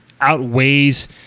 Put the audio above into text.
outweighs